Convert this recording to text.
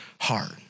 heart